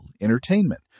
entertainment